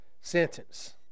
sentence